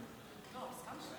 אדוני השר,